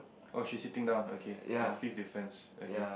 oh she's sitting down okay the fifth difference okay